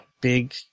big